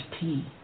tea